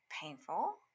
painful